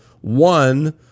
one